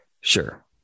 Sure